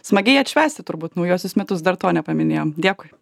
smagiai atšvęsti turbūt naujuosius metus dar to nepaminėjom dėkui